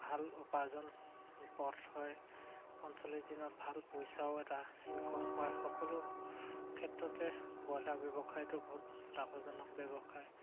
ভাল উপাৰ্জন পথ হয় পঞ্চল্লিছ দিনত ভাল পইচাও এটা ইনকম হয় সকলো ক্ষেত্ৰতে ব্ৰইলাৰ ব্যৱসায়টো বহুত লাভজনক ব্যৱসায়